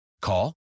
Call